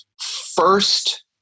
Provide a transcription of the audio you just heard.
First